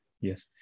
yes